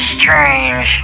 strange